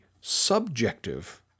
subjective